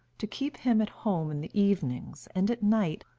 to keep him at home in the evenings, and at night,